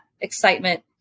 excitement